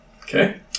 Okay